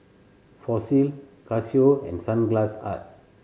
Fossil Casio and Sunglass Hut